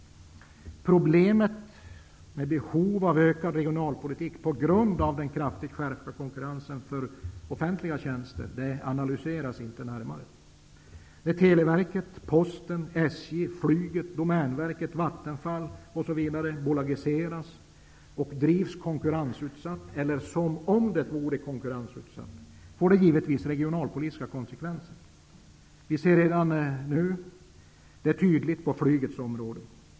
Problemet med behovet av mer regionalpolitiska insatser på grund av kraftigt skärpt konkurrens för offentliga tjänster analyseras inte närmare. Vattenfall osv. bolagiseras och drivs på ett konkurrensutsatt sätt, eller som om de vore konkurrensutsatta, blir det givetvis regionalpolitiska konsekvenser. Vi ser det redan nu tydligt på flygets område.